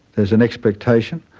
there's an expectation,